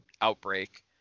outbreak